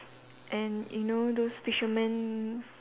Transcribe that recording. and you know those fisherman